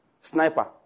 Sniper